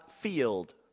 field